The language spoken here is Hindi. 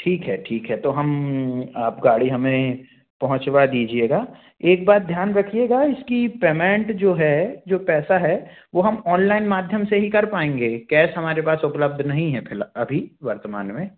ठीक है ठीक है तो हम आप गाड़ी हमें पहुँचवा दीजिएगा एक बात ध्यान रखिएगा इसकी पेमैंट जो है जो पैसा है वो हम ऑनलाइन माध्यम से ही कर पाएँगे कैस हमारे पास उपलब्ध नहीं है फिल अभी वर्तमान में